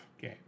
game